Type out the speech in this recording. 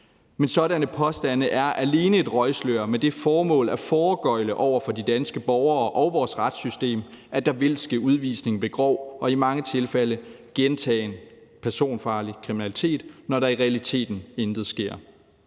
Men sådanne påstande er alene et røgslør med det formål at foregøgle over for de danske borgere og vores retssystem, at der vil ske udvisning ved grov og i mange tilfælde gentagen personfarlig kriminalitet, når der i realiteten intet sker.